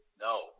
No